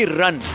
run